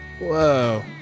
Whoa